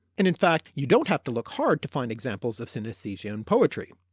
and in fact you don't have to look hard to find examples of synesthesia in poetry.